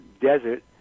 desert